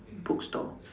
bookstore